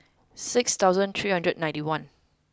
six thousand three hundred ninety one